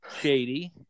Shady